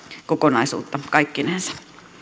kokonaisuutta kaikkinensa